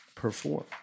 Perform